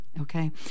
Okay